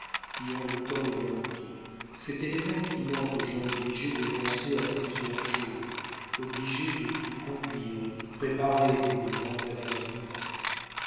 qui ont le temps devant eux cet élément qui manque aux gens obligés de penser à plusieurs choses obligés de tout conduire de tout préparer dans les grandes affaires humaines